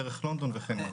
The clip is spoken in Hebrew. דרך לונדון וכן הלאה.